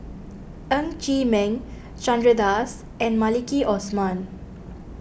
Ng Chee Meng Chandra Das and Maliki Osman